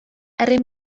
herri